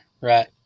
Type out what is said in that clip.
right